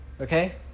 Okay